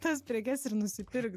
tas prekes ir nusipirk